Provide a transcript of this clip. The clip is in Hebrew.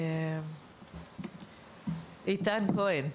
איתן כהן.